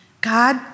God